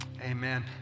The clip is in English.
amen